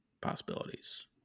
possibilities